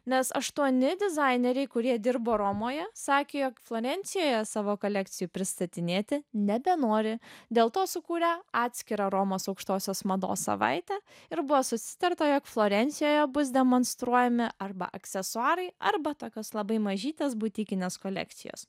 nes aštuoni dizaineriai kurie dirbo romoje sakė jog florencijoje savo kolekcijų pristatinėti nebenori dėl to sukūrė atskirą romos aukštosios mados savaitę ir buvo susitarta jog florencijoje bus demonstruojami arba aksesuarai arba tokios labai mažytės butikinės kolekcijos